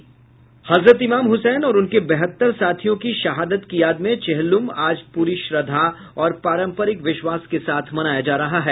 हजरत ईमाम हुसैन और उनके बहत्तर साथियों की शहादत की याद में चेहल्लुम आज पूरी श्रद्धा और पारंपरिक विश्वास के साथ मनाया जा रहा है